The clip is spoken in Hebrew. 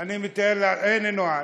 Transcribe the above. הנה נועה.